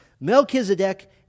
Melchizedek